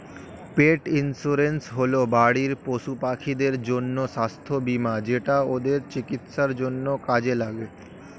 পেট insurance হল বাড়ির পশুপাখিদের জন্য স্বাস্থ্য বীমা যেটা ওদের চিকিৎসার জন্য কাজে লাগে